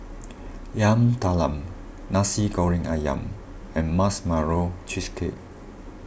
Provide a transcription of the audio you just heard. Yam Talam Nasi Goreng Ayam and Marshmallow Cheesecake